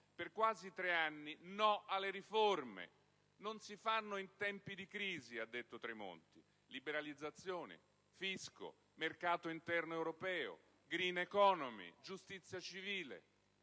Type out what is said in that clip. per quasi tre anni, no alle riforme, («non si fanno in tempi di crisi» ha detto Tremonti): liberalizzazioni, fisco, mercato interno europeo, *green* *economy*, giustizia civile,